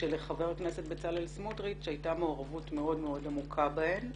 שלחבר הכנסת בצלאל סמוטריץ היתה מעורבות מאוד מאוד עמוקה בהן.